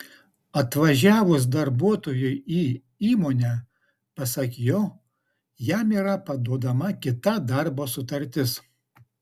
atvažiavus darbuotojui į įmonę pasak jo jam yra paduodama kita darbo sutartis